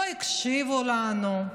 לא הקשיבו לנו,